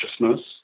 consciousness